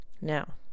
Now